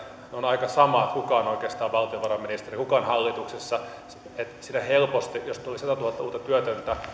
on aika sama kuka on oikeastaan valtiovarainministeri ja kuka on hallituksessa koska jos tuli satatuhatta uutta työtöntä